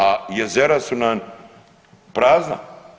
A jezera su nam prazna.